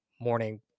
morning